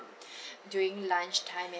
during lunchtime